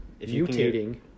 mutating